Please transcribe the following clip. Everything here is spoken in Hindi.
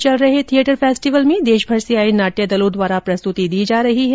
वहीं बीकानेर में चल रहे थियेटर फेस्टिवल में देशभर से आए नाट्य दलों द्वारा प्रस्तुति दी जा रही है